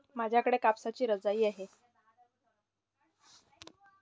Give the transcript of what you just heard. माझ्याकडे कापसाची रजाई आहे